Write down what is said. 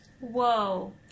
Whoa